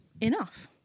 enough